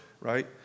right